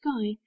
sky